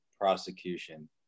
prosecution